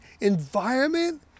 environment